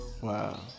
Wow